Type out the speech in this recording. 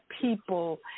people